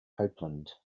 copland